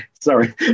sorry